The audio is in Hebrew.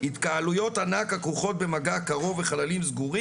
שהתחלואה במדינה עדיין לא במצב של אפס מאומתים.